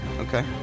Okay